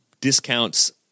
discounts –